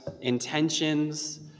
intentions